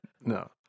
no